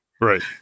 right